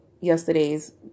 yesterday's